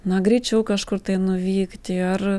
na greičiau kažkur tai nuvykti ar